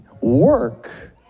work